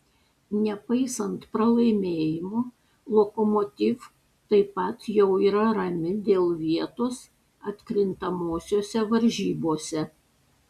nepaisant pralaimėjimo lokomotiv taip pat jau yra rami dėl vietos atkrintamosiose varžybose